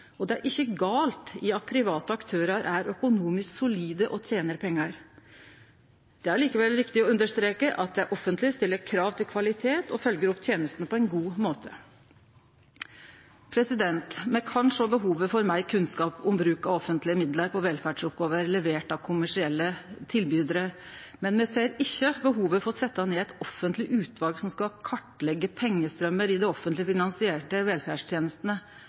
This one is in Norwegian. og det er ikkje noko gale i at private aktørar er økonomisk solide og tener pengar. Det er likevel viktig å understreke at det offentlege stiller krav til kvalitet og følgjer opp tenestene på ein god måte. Me kan sjå behovet for meir kunnskap om bruk av offentlege midlar på velferdsoppgåver som er leverte av kommersielle tilbydarar, men me ser ikkje behovet for å setje ned eit offentleg utval som skal «kartlegge pengestrømmer i offentlig finansierte